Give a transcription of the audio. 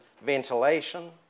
ventilation